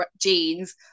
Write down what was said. jeans